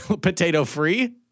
potato-free